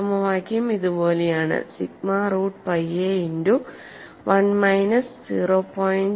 സമവാക്യം ഇതുപോലെയാണ് sigma root pi A into 1 minus 0